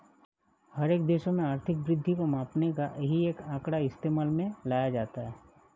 हर एक देश में आर्थिक वृद्धि को मापने का यही एक आंकड़ा इस्तेमाल में लाया जाता है